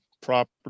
property